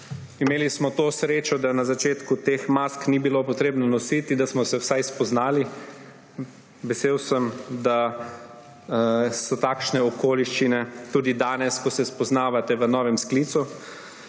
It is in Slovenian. Imeli smo to srečo, da na začetku teh mask ni bilo potrebno nositi, da smo se vsaj spoznali. Vesel sem, da so takšne okoliščine tudi danes, ko se spoznavate v novem sklicu.